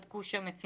בדקו שם את סינגפור,